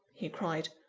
he cried.